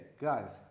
guys